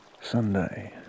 Sunday